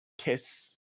Kiss